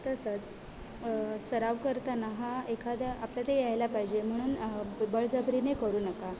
तसंच सराव करताना हा एखाद्या आपल्याला ते यायला पाहिजे म्हणून बळजबरीने करू नका